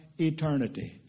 eternity